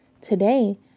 today